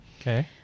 Okay